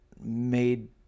made